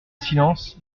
silence